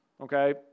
Okay